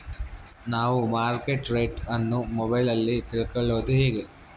ನಾವು market rate ಅನ್ನು ಮೊಬೈಲಲ್ಲಿ ತಿಳ್ಕಳೋದು ಹೇಗೆ?